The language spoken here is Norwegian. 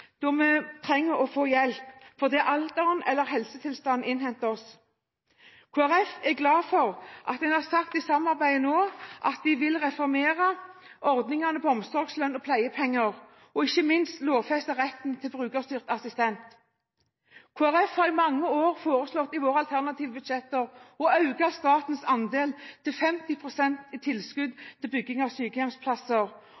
vi trenger å få hjelp, fordi alderen eller helsetilstanden innhenter oss. Kristelig Folkeparti er glad for at en innenfor samarbeidet nå har sagt at en vil reformere ordningene for omsorgslønn og pleiepenger og ikke minst lovfeste retten til brukerstyrt personlig assistent. Kristelig Folkeparti har i mange år foreslått i sine alternative budsjetter å øke statens andel til